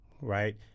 Right